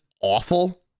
awful